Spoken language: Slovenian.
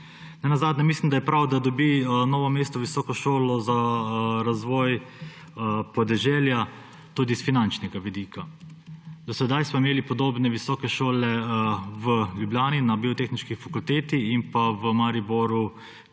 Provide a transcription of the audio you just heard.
Nenazadnje mislim, da je prav, da dobi Novo mesto visoko šolo za razvoj podeželja, tudi s finančnega vidika. Do sedaj smo imeli podobne visoke šole v Ljubljani, na Biotehniški fakulteti, in v Mariboru,